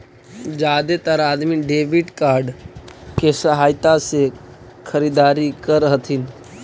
जादेतर अदमी debit card के सहायता से खरीदारी कर हथिन